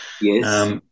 Yes